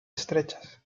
estrechas